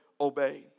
obey